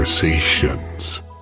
Conversations